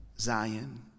Zion